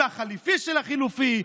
והחלופי של החלופי,